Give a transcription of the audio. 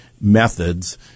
methods